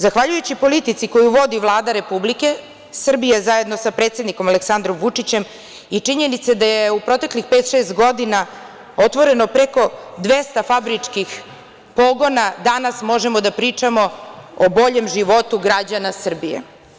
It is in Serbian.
Zahvaljujući politici koju vodi Vlada Republike, zajedno sa predsednikom Aleksandrom Vučićem i činjenice da je u proteklih pet, šest godina otvoreno preko 200 fabričkih pogona, danas možemo da pričamo o boljem životu građana Srbije.